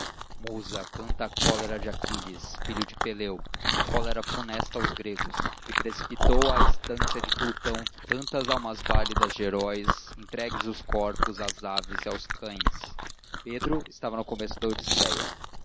musa canta a cólera de aquiles filho de peleu cólera funesta aos gregos que precipitou à estância de plutão tantas almas válidas de heróis entregues os corpos às aves e aos cães pedro estava no começo da odisseia musa